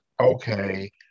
okay